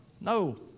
No